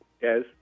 yes